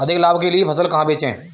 अधिक लाभ के लिए फसल कहाँ बेचें?